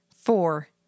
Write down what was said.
four